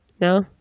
No